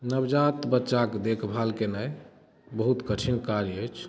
नवजात बच्चाके देखभाल केनाइ बहुत कठिन काज अछि